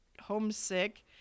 homesick